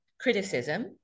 criticism